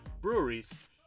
breweries